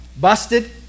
busted